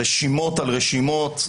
רשימות על רשימות,